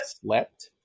slept